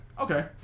Okay